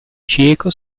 cieco